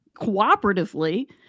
cooperatively